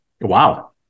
Wow